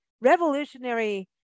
Revolutionary